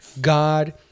god